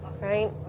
right